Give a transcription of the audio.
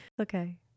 Okay